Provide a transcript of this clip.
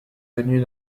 tenue